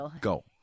go